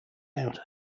out